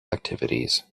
activities